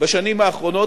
בשנים האחרונות.